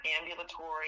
ambulatory